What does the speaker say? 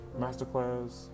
masterclass